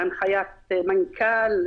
בהנחיית מנכ"ל,